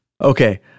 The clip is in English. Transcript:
Okay